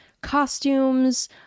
costumes